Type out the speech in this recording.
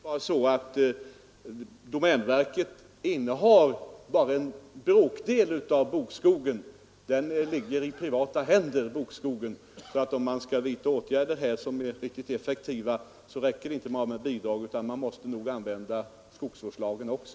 Herr talman! Domänverket innehar bara en bråkdel av bokskogen. Huvudparten ligger i privata händer. Om man vill vidta effektiva åtgärder räcker det inte med bara bidrag, utan man måste nog använda skogsvårdslagen också.